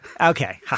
Okay